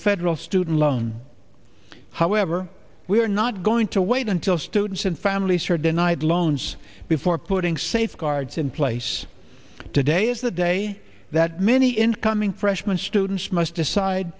federal student loan however we are not going to wait until students and families are denied loans before putting safeguards in place today is the day that many incoming freshman students must decide